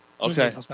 Okay